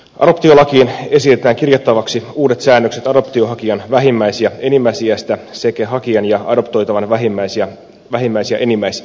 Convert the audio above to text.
adoptiolakiin esitetään kirjattaviksi uudet säännökset adoptiohakijan vähimmäis ja enimmäisiästä sekä hakijan ja adoptoitavan vähimmäis ja enimmäisikäerosta